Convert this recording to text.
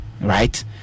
right